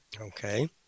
Okay